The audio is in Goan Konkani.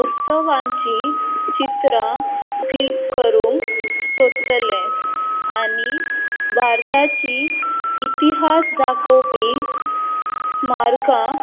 उत्सवांचीं चित्रां क्लीक करूंक सोदतलें आनी भारताची इतिहास दाखोवपी स्मारकां